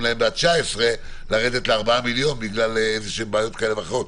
להם בעד 2019 ל-4 מיליון בגלל איזשהם בעיות כאלה ואחרות.